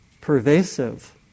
pervasive